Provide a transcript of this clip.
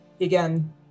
Again